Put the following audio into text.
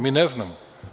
Mi ne znamo.